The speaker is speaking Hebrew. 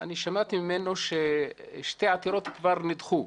אני שמעתי ממנו ששתי עתירות כבר נדחו.